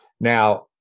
Now